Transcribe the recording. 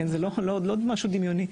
זה לא משהו דמיוני,